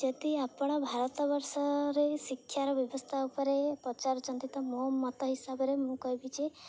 ଯଦି ଆପଣ ଭାରତ ବର୍ଷରେ ଶିକ୍ଷାର ବ୍ୟବସ୍ଥା ଉପରେ ପଚାରୁଛନ୍ତି ତ ମୋ ମତ ହିସାବରେ ମୁଁ କହିବି ଯେ